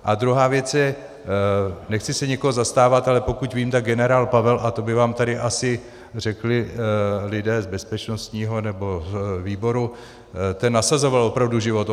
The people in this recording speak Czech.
A druhá věc je nechci se nikoho zastávat, ale pokud vím, tak generál Pavel, a to by vám tady asi řekli lidé z bezpečnostního výboru, ten nasazoval opravdu život.